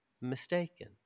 mistaken